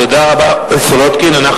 תודה רבה לחברת הכנסת סולודקין.